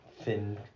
thin